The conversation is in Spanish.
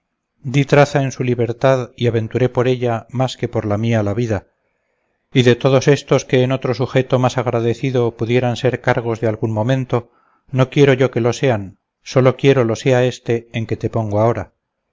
traza en su libertad y aventuré por ella más que por la mía la vida y de todos éstos que en otro sujeto más agradecido pudieran ser cargos de algún momento no quiero yo que lo sean sólo quiero lo sea éste en que te pongo ahora